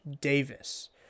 Davis